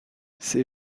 ces